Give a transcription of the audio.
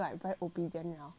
then hor